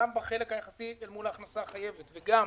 גם בחלק היחסי אל מול ההכנסה החייבת וגם